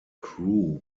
crew